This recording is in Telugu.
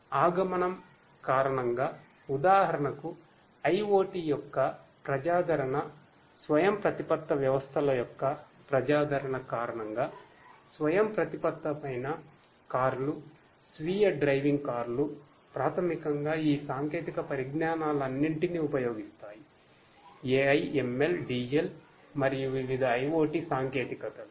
ఆగమనం కారణంగా ఉదాహరణకు IoT యొక్క ప్రజాదరణ స్వయంప్రతిపత్త వ్యవస్థల యొక్క ప్రజాదరణ కారణంగా స్వయంప్రతిపత్తమైన కార్లు స్వీయ డ్రైవింగ్ కార్లు ప్రాథమికంగా ఈ సాంకేతిక పరిజ్ఞానాలన్నింటినీ ఉపయోగిస్తాయి AI ML DL మరియు వివిధ IIoT టెక్నాలజీస్